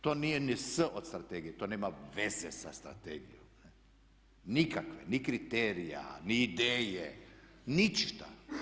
To nije ni "s" od strategije, to nema veze sa strategijom nikakve ni kriterija, ni ideje, ništa!